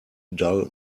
dull